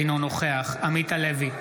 אינו נוכח עמית הלוי,